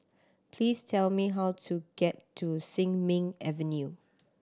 please tell me how to get to Sin Ming Avenue